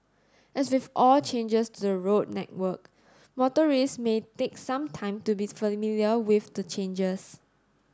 as with all changes to the road network motorists may take some time to be familiar with the changes